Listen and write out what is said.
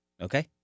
Okay